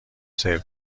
سرو